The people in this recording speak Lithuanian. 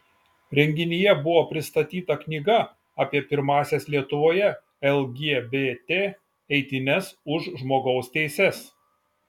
renginyje buvo pristatyta knyga apie pirmąsias lietuvoje lgbt eitynes už žmogaus teises